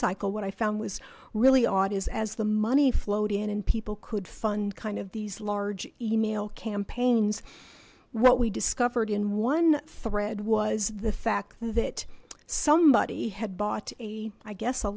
cycle what i found was really odd is as the money flowed in and people could fund kind of these large email campaigns what we discovered in one thread was the fact that somebody had bought a i guess a